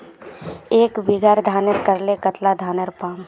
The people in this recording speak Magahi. एक बीघा धानेर करले कतला धानेर पाम?